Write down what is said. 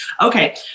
Okay